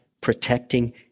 protecting